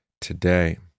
today